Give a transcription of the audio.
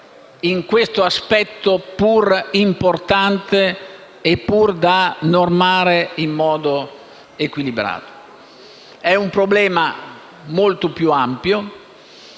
in questo aspetto, pur importante e pur da normare in modo equilibrato. È un problema molto più ampio,